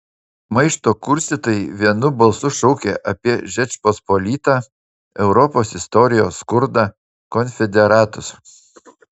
maišto kurstytojai vienu balsu šaukė apie žečpospolitą europos istorijos skurdą konfederatus